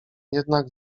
jednak